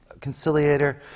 conciliator